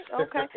okay